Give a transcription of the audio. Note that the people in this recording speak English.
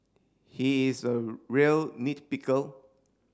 he is a real nit pickle